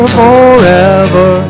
forever